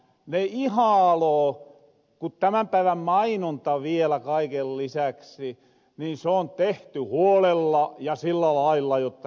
ne ihaaloo ku tämän päivän mainonta vielä kaiken lisäksi on tehty huolella ja sillä lailla jotta se varmahan myy